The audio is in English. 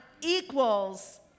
equals